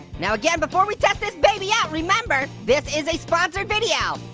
now again, before we test this baby out, remember this is a sponsored video.